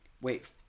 Wait